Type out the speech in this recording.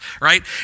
Right